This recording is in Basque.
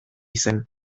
zen